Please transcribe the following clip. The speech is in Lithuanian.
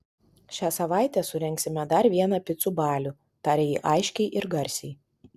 šią savaitę surengsime dar vieną picų balių tarė ji aiškiai ir garsiai